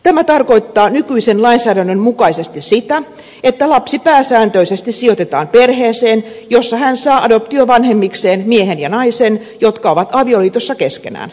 tämä tarkoittaa nykyisen lainsäädännön mukaisesti sitä että lapsi pääsääntöisesti sijoitetaan perheeseen jossa hän saa adoptiovanhemmikseen miehen ja naisen jotka ovat avioliitossa keskenään